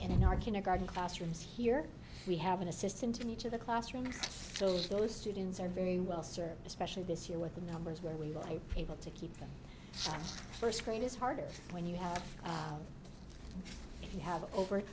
our kindergarten classrooms here we have an assistant in each of the classrooms so those students are very well served especially this year with the numbers where we lie people to keep them first grade is harder when you have you have over